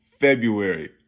February